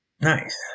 Nice